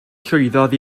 llwyddodd